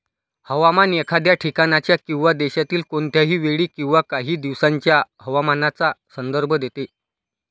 हवामान एखाद्या ठिकाणाच्या किंवा देशातील कोणत्याही वेळी किंवा काही दिवसांच्या हवामानाचा संदर्भ देते